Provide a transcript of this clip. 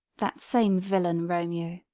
that same villain romeo.